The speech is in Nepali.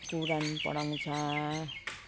पुराण पढाउँछ